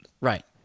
right